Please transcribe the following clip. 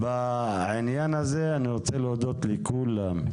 בעניי הזה אני רוצה להודות לכולם.